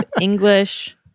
English